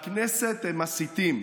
// בכנסת הם מסיתים,